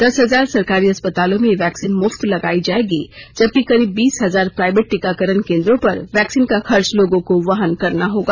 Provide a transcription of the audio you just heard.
दस हजार सरकारी अस्पतालों में यह वैक्सीन मुफ्त लगायी जाएगी जबकि करीब बीस हजार प्राइवेट टीकाकरण केन्द्रों पर वैक्सीन का खर्च लोगों को वहन करना होगा